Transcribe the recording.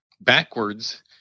backwards